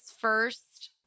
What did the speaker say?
first